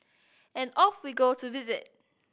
and off we go to visit